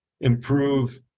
improve